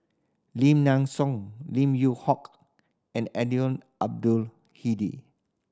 Lim Nang Seng Lim Yew Hock and Eddino Abdul Hadi